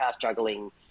juggling